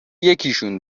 یکیشون